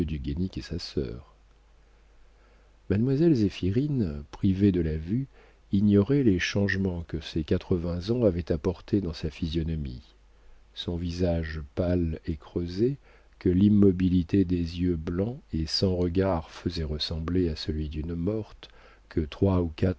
et sa sœur mademoiselle zéphirine privée de vue ignorait les changements que ses quatre-vingts ans avaient apportés dans sa physionomie son visage pâle et creusé que l'immobilité des yeux blancs et sans regard faisait ressembler à celui d'une morte que